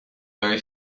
very